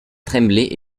tremblay